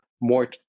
more